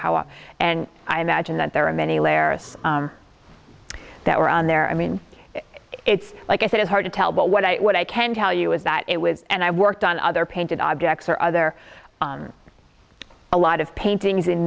i and i imagine that there are many laris that were on there i mean it's like i said it's hard to tell but what i what i can tell you is that it was and i worked on other painted objects or other a lot of paintings in